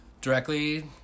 directly